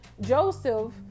Joseph